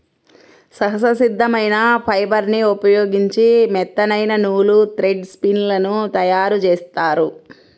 సహజ సిద్ధమైన ఫైబర్ని ఉపయోగించి మెత్తనైన నూలు, థ్రెడ్ స్పిన్ లను తయ్యారుజేత్తారు